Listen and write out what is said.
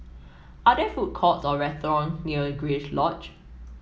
are there food courts or restaurant near Grace Lodge